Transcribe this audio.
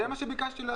זה מה שביקשתי להבין.